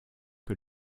que